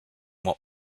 what